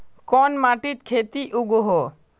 कोन माटित खेती उगोहो?